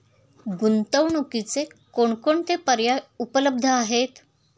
गुंतवणुकीचे कोणकोणते पर्याय उपलब्ध आहेत?